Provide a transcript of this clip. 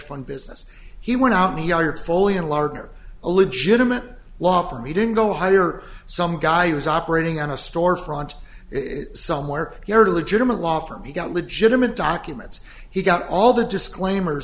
fund business he went out and he either foley and lardner a legitimate law for me didn't go hire some guy who was operating on a storefront somewhere near a legitimate law firm he got legitimate documents he got all the disclaimer